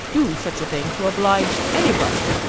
do such a thing to oblige any body.